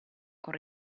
con